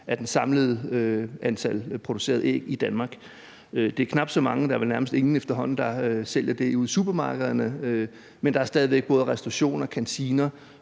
af det samlede antal producerede æg i Danmark. Der er knap så mange, der er vel nærmest ingen efterhånden, der sælger det ude i supermarkederne, men der er stadig væk både restaurationer, kantiner,